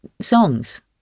songs